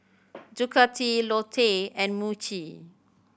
Ducati Lotte and Muji